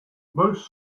most